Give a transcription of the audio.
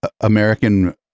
American